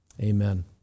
Amen